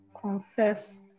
confess